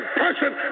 person